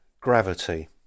gravity